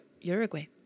Uruguay